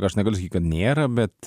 aš negaliu sakyt kad nėra bet